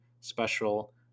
special